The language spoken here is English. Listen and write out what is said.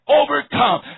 overcome